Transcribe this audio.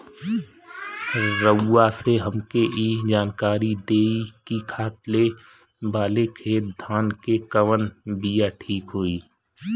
रउआ से हमके ई जानकारी देई की खाले वाले खेत धान के कवन बीया ठीक होई?